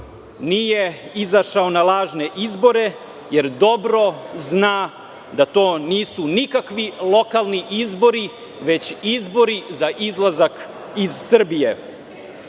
nije izašao na lažne izbore, jer dobro zna da to nisu nikakvi lokalni izbori, već izbori za izlazak iz Srbije.